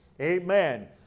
Amen